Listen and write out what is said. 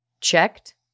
checked